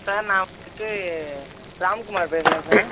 sir நான் வந்துவிட்டு ராம்குமார் பேசுகிறேன் சார்